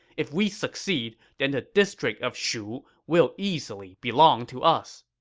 if we succeed, then the district of shu will easily belong to us.